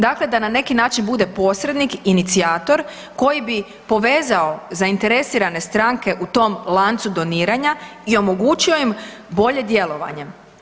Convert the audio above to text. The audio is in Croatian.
Dakle, da na neki način bude posrednik, inicijator koji bi povezao zainteresirane stranke u tom lancu doniranja i omogućio im bolje djelovanje.